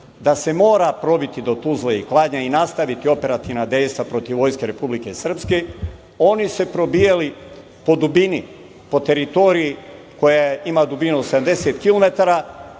da se mora probiti do Tuzle i Kladnja i nastaviti operativna dejstva protiv vojske Republike Srpske i oni se probijali po dubini, po teritoriji koja ima dubinu 80 km,